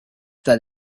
that